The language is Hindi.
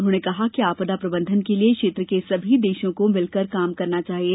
उन्होंने कहा कि आपदा प्रबंधन के लिये क्षेत्र के सभी देशों को मिलकर काम करना चाहिये